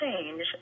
change